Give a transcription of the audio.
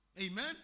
Amen